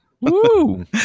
Woo